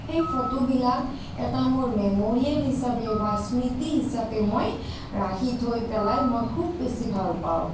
সেই ফটোবিলাক এটা মোৰ মেম'ৰিয়েল হিচাপে বা স্মৃতি হিচাপে মই ৰাখি থৈ পেলাই মই খুব বেছি ভাল পাওঁ